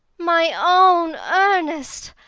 my own ernest!